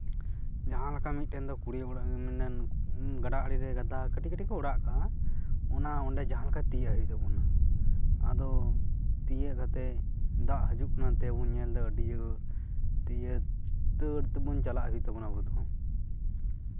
ᱡᱟᱦᱟᱸ ᱞᱮᱠᱟ ᱢᱤᱫᱴᱮᱱ ᱫᱚ ᱠᱩᱲᱤ ᱚᱲᱟᱜ ᱨᱮᱠᱚ ᱢᱮᱱᱟ ᱜᱟᱰᱟ ᱟᱲᱮ ᱨᱮ ᱠᱟᱹᱴᱤᱡ ᱠᱟᱹᱴᱤᱡ ᱠᱚ ᱚᱲᱟᱜ ᱠᱟᱜᱼᱟ ᱚᱱᱟ ᱚᱸᱰᱮ ᱡᱟᱦᱟᱸ ᱞᱮᱠᱟ ᱛᱤᱭᱳᱜ ᱦᱩᱭᱩᱜ ᱛᱟᱵᱚᱱᱟ ᱟᱫᱚ ᱛᱤᱭᱳᱜ ᱠᱟᱛᱮᱜ ᱫᱟᱜ ᱦᱤᱡᱩᱜ ᱠᱟᱱᱟ ᱱᱚᱛᱮ ᱵᱚᱱ ᱧᱮᱞᱫᱟ ᱟᱹᱰᱤ ᱡᱳᱨ ᱫᱤᱭᱮ ᱫᱟᱹᱲ ᱛᱮᱵᱚᱱ ᱪᱟᱞᱟᱜ ᱦᱩᱭᱩᱜ ᱛᱟᱵᱚᱱᱟ ᱟᱵᱚ ᱫᱚ